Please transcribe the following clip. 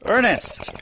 Ernest